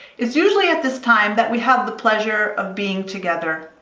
it's usually at this time that we have the pleasure of being together,